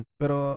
pero